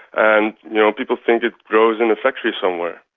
and you know people think it grows in a factory somewhere,